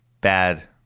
bad